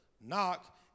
Knock